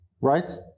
right